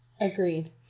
Agreed